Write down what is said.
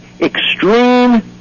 extreme